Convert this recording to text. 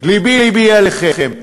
לבי לבי עליכם.